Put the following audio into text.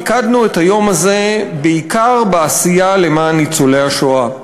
מיקדנו את היום הזה בעיקר בעשייה למען ניצולי השואה.